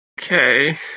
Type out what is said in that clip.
Okay